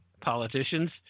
politicians